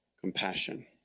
compassion